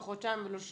לא חודשיים ולא שלושה.